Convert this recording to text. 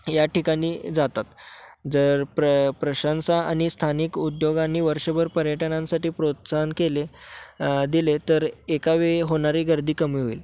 या ठिकाणी जातात जर प्र प्रशासन आणि स्थानिक उद्योगांनी वर्षभर पर्यटनांसाठी प्रोत्साहन केले दिले तर एका वेळी होणारी गर्दी कमी होईल